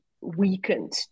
weakened